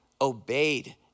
obeyed